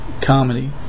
comedy